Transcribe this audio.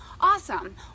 awesome